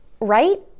Right